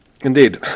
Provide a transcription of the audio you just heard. Indeed